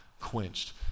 quenched